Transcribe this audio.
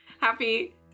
Happy